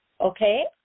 okay